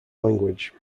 language